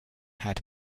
had